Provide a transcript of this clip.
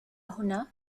هنا